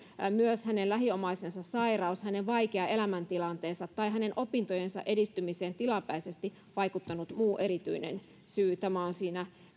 ja myös hänen lähiomaisensa sairaus hänen vaikea elämäntilanteensa tai hänen opintojensa edistymiseen tilapäisesti vaikuttanut muu erityinen syy tämä on siinä